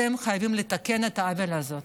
אתם חייבים לתקן את העוול הזה.